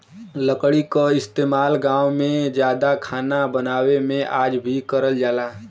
लकड़ी क इस्तेमाल गांव में जादा खाना बनावे में आज भी करल जाला